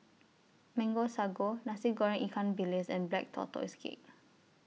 Mango Sago Nasi Goreng Ikan Bilis and Black Tortoise Cake